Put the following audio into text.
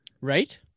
right